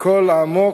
קול עמוק,